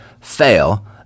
fail